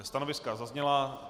Stanoviska zazněla.